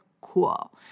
cool